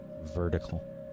...vertical